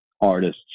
artists